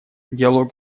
диалог